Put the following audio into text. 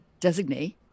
designee